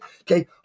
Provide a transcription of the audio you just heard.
Okay